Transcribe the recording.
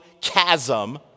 chasm